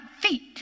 feet